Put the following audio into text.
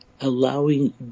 Allowing